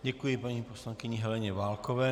Děkuji paní poslankyni Heleně Válkové.